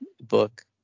book